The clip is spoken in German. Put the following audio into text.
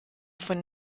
von